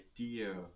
idea